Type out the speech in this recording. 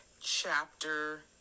chapter